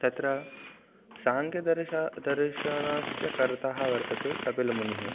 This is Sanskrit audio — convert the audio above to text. तत्र साङ्ख्यदर्शनं दर्शनस्य कर्ता वर्तते कपिलमुनिः